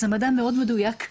זה מדע מאוד מדויק.